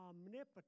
omnipotent